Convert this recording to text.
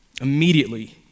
Immediately